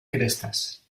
crestas